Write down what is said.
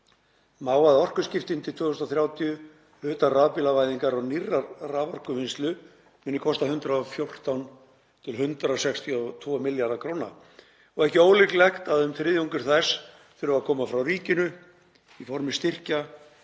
má að orkuskiptin til 2030, utan rafbílavæðingar og nýrrar raforkuvinnslu, muni kosta 114–162 milljarða kr. og ekki ólíklegt að um þriðjungur þess þurfi að koma frá ríkinu í formi styrkja